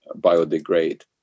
biodegrade